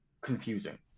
confusing